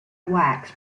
wax